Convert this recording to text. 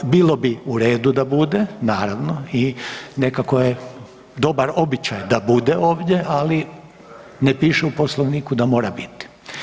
Ovaj, bilo bi u redu da bude naravno i nekako je dobar običaj da bude ovdje, ali ne piše u Poslovniku da mora biti.